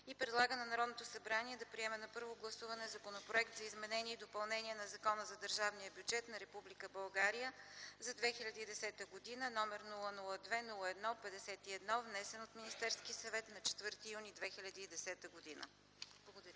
и предлага на Народното събрание да приеме на първо гласуване Законопроекта за изменение и допълнение на Закона за държавния бюджет на Република България за 2010 г., № 002-01-51, внесен от Министерския съвет на 4 юни 2010 г.” Благодаря.